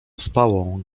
ospałą